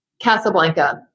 Casablanca